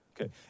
Okay